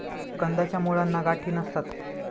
कंदाच्या मुळांना गाठी नसतात